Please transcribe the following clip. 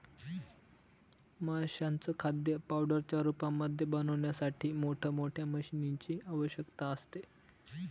माशांचं खाद्य पावडरच्या रूपामध्ये बनवण्यासाठी मोठ मोठ्या मशीनीं ची आवश्यकता असते